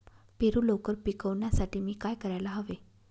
पेरू लवकर पिकवण्यासाठी मी काय करायला हवे?